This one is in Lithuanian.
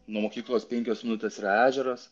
nuo mokyklos penkios minutės yra ežeras